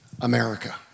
America